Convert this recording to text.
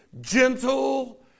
gentle